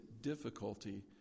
difficulty